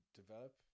develop